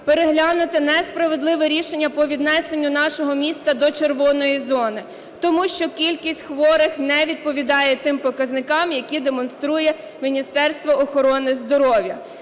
переглянути несправедливе рішення по віднесенню нашого міста до "червоної" зони, тому що кількість хворих не відповідає тим показникам, які демонструє Міністерство охорони здоров'я.